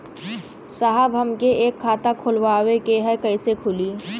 साहब हमके एक खाता खोलवावे के ह कईसे खुली?